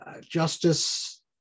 justice